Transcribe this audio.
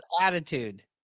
attitude